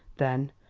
then,